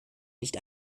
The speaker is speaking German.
nicht